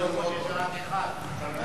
יושב-ראש יש רק אחד.